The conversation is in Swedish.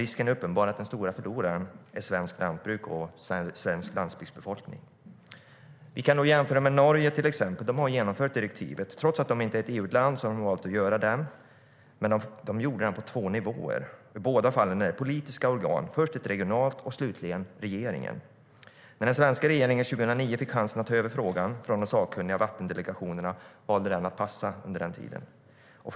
Risken är uppenbar att den stora förloraren är svenskt lantbruk och svensk landsbygdsbefolkning. När den svenska regeringen 2009 fick chansen att ta över frågan från de sakkunniga vattendelegationerna valde den under den tiden att passa.